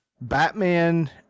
Batman